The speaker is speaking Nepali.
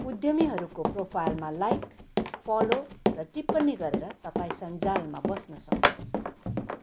उद्यमीहरूको प्रोफाइलमा लाइक फलो र टिप्पणी गरेर तपाईँँ सञ्जालमा बस्न सक्नुहुन्छ